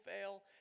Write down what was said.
fail